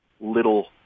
little